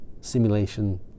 simulation